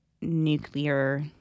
nuclear